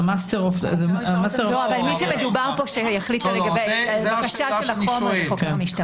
מי שמדובר בו שיחליט לגבי ההגשה של החומר זה חוקר המשטרה.